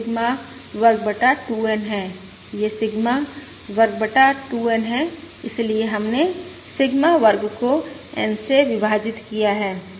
यह सिग्मा वर्ग बटा 2N है यह सिग्मा वर्ग बटा 2N है इसलिए हमने सिग्मा वर्ग को N से विभाजित किया है